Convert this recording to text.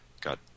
got